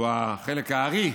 שהוא חלק הארי,